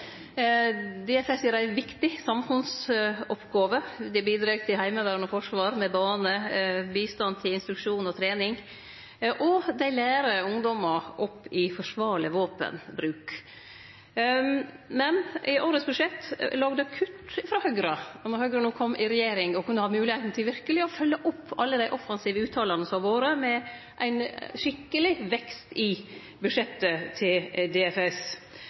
DFS gjer ei viktig samfunnsoppgåve, dei bidreg til heimevern og forsvar med baner, bistand til instruksjon og trening, og dei lærer ungdom opp i forsvarleg våpenbruk. Men i årets budsjett låg det kutt frå Høgre, no når Høgre har kome i regjering og verkeleg kunne følgje opp alle dei offensive uttalene som har vore, med ein skikkeleg vekst i budsjettet til DFS.